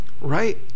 Right